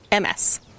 MS